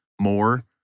more